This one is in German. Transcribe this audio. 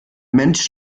mensch